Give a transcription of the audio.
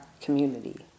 community